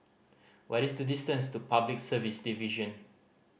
what is the distance to Public Service Division